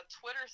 Twitter